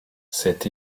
cet